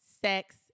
sex